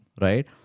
Right